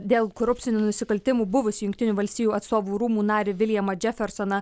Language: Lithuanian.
dėl korupcinių nusikaltimų buvusį jungtinių valstijų atstovų rūmų narį viljamą džefersoną